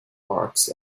parks